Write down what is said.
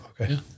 Okay